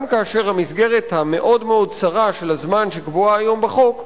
גם כאשר המסגרת המאוד מאוד צרה של הזמן שקבועה היום בחוק מסתיימת.